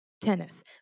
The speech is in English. tennis